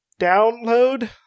download